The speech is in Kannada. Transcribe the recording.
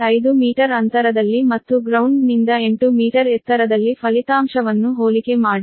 5 ಮೀಟರ್ ಅಂತರದಲ್ಲಿ ಮತ್ತು ಗ್ರೌಂಡ್ ನಿಂದ 8 ಮೀಟರ್ ಎತ್ತರದಲ್ಲಿ ಫಲಿತಾಂಶವನ್ನು ಹೋಲಿಕೆ ಮಾಡಿ